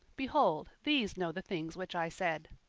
behold, these know the things which i said.